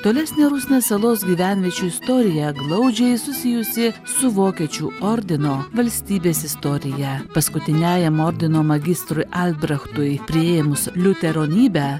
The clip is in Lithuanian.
tolesnė rusnės salos gyvenviečių istorija glaudžiai susijusi su vokiečių ordino valstybės istorija paskutiniajam ordino magistrui albrechtui priėmus liuteronybę